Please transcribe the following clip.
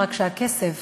רק שהכסף